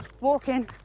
walking